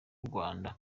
rwanda